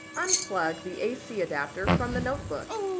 unplug the ac adapter from the notebook.